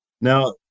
Now